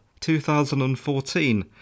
2014